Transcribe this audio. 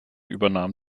übernahm